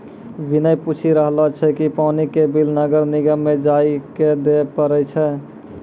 विनय पूछी रहलो छै कि पानी के बिल नगर निगम म जाइये क दै पड़ै छै?